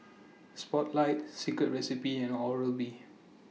Spotlight Secret Recipe and Oral B